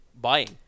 buying